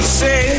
say